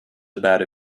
about